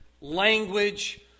language